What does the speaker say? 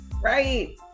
Right